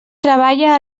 treballa